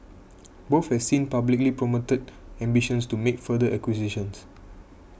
both have since publicly promoted ambitions to make further acquisitions